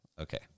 Okay